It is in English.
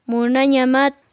Munanyamat